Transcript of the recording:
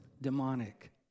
demonic